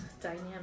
dynamic